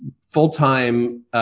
full-time